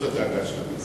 זאת הדאגה שלהם.